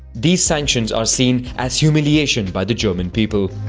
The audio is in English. these sanctions are seen as humiliation by the german people.